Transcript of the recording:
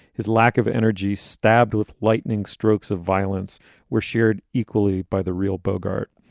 his lack of energy, stabbed with lightning, strokes of violence were shared equally by the real bogart.